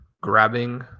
grabbing